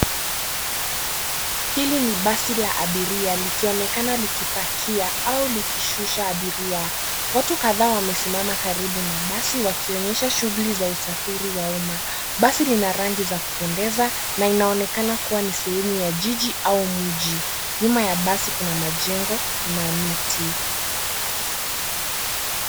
Hili ni basi la abiria likionekana likipakia au kushusha abiria. Watu kadhaa wamesimama karibu na basi wakionyesha shughuli za usafiri wa uma. Basi lina rangi za kupendeza na inaonekana kuwa sehemu ya jiji au mji. Nyuma ya basi kuna majengo na miti.